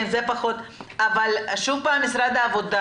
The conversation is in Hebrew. אבל שוב, משרד העבודה